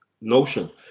notion